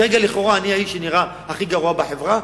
כרגע לכאורה אני האיש שנראה הכי גרוע בחברה,